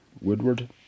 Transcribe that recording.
Woodward